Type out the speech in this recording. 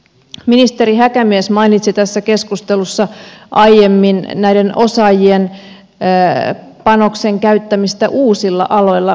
ministeri häkämies mainitsi tässä keskustelussa aiemmin näiden osaajien panoksen käyttämistä uusilla aloilla